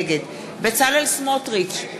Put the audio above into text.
נגד בצלאל סמוטריץ,